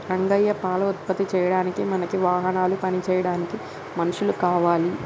రంగయ్య పాల ఉత్పత్తి చేయడానికి మనకి వాహనాలు పని చేయడానికి మనుషులు కావాలి